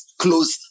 closed